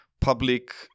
public